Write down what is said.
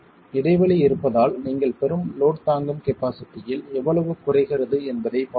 இடைவெளி இருப்பதால் நீங்கள் பெறும் லோட் தாங்கும் கபாஸிட்டியில் எவ்வளவு குறைகிறது என்பதைப் பார்க்கவும்